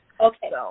Okay